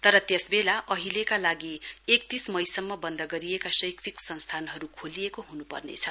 तर त्यसबेला अहिलेका लागि एकतीस मईसम्म बन्द गरिएका शैक्षिक संस्थानहरू खोलिएको हुनुपर्नेछ